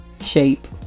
shape